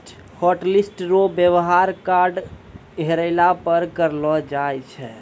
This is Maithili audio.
हॉटलिस्ट रो वेवहार कार्ड हेरैला पर करलो जाय छै